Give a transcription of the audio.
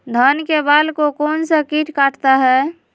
धान के बाल को कौन सा किट काटता है?